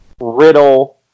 riddle